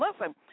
Listen